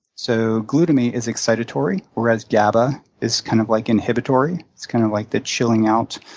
so glutamate is excitatory, whereas gaba is kind of like inhibitory. it's kind of like the chilling out